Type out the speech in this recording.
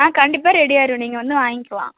ஆ கண்டிப்பாக ரெடி ஆகிரும் நீங்கள் வந்து வாங்கிக்கலாம்